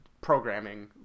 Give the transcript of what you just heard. programming